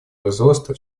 производства